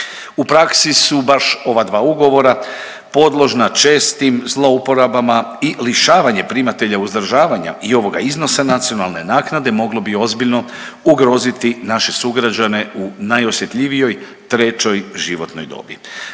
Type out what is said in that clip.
U praksi su baš ova dva ugovora podložna čestim zlouporabama i lišavanje primatelja uzdržavanja i ovoga iznosa nacionalne naknade moglo bi ozbiljno ugroziti naše sugrađane u najosjetljivijoj trećoj životnoj dobi.